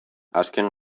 azken